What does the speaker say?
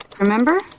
remember